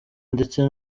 ndetse